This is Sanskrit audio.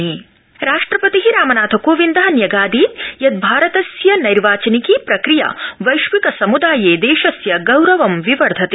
राष्ट्रपति राष्ट्रपति रामनाथ कोविन्द न्यगादीत् यत् भारतस्य नैर्वाचनिकी प्रक्रिया वैश्विक समुदाये देशस्य गौरवं विवर्धते